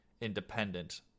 independent